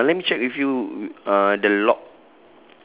then uh let me check with you uh the lock